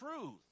truth